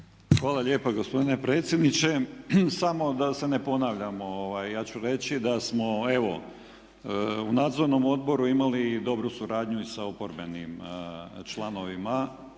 Hvala lijepo gospodine predsjedniče. Samo da se ne ponavljamo. Ja ću reći da smo, evo u Nadzornom odboru imali i dobru suradnju i sa oporbenim članovima